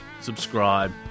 subscribe